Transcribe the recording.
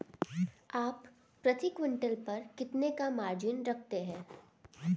आप प्रति क्विंटल पर कितने का मार्जिन रखते हैं?